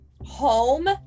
home